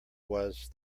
was